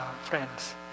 friends